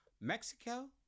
Mexico